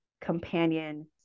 companion